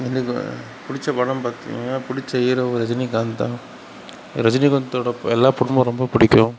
எனக்கு பிடிச்ச படம் பார்த்திங்கனா பிடிச்ச ஹீரோ ரஜினிகாந்த் தான் ரஜினிகாந்த்தோடய எல்லா படமும் ரொம்ப பிடிக்கும்